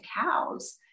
cows